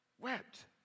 wept